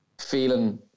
feeling